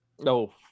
no